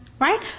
right